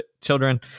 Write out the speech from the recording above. children